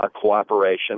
cooperation